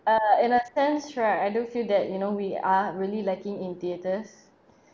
uh in a sense right I do feel that you know we are really lacking in theaters